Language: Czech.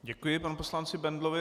Děkuji panu poslanci Bendlovi.